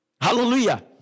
Hallelujah